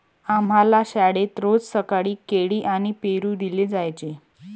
आम्हाला शाळेत रोज सकाळी केळी आणि पेरू दिले जायचे